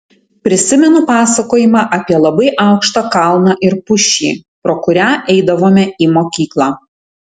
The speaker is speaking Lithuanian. prisimenu pasakojimą apie labai aukštą kalną ir pušį pro kurią eidavome į mokyklą